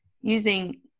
using